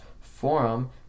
forum